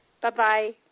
Bye-bye